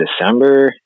December